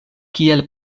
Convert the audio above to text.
kiel